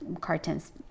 cartons